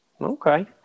Okay